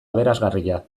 aberasgarria